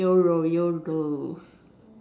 you row you row